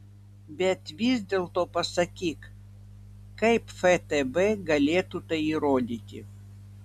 bet vis dėlto pasakyk kaip ftb galėtų tai įrodyti